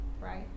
Right